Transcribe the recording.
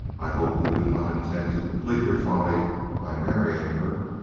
i hope you do not intend to complete your folly by marrying her.